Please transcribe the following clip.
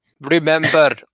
remember